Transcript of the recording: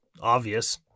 obvious